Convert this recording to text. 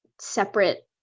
separate